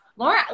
Laura